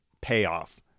payoff